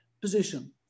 position